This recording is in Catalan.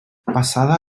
passada